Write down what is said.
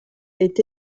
est